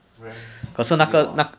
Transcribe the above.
R_A_M 十六 ah